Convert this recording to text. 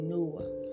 Noah